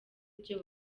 ibyo